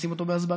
לשים אותו בהסברה,